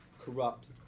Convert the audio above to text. corrupt